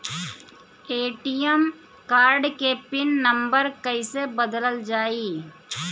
ATM card के pin number कईसे बदलल जाई?